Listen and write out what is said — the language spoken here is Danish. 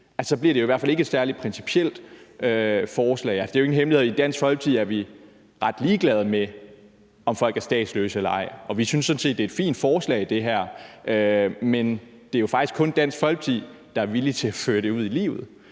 Så bliver det jo i hvert fald ikke et særlig principielt forslag. Det er jo ingen hemmelighed, at i Dansk Folkeparti er vi ret ligeglade med, om folk er statsløse eller ej, og vi synes sådan set, at det her er et fint forslag. Men det er jo faktisk kun Dansk Folkeparti, der er villige til at føre det ud i livet.